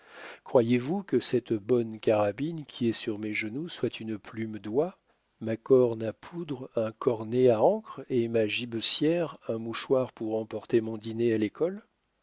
croyez-vous que cette bonne carabine qui est sur mes genoux soit une plume d'oie ma corne à poudre un cornet à encre et ma gibecière un mouchoir pour emporter mon dîner à l'école